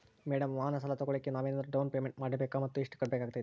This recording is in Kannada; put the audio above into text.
ಮೇಡಂ ವಾಹನ ಸಾಲ ತೋಗೊಳೋಕೆ ನಾವೇನಾದರೂ ಡೌನ್ ಪೇಮೆಂಟ್ ಮಾಡಬೇಕಾ ಮತ್ತು ಎಷ್ಟು ಕಟ್ಬೇಕಾಗ್ತೈತೆ?